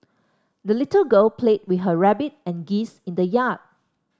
the little girl played with her rabbit and geese in the yard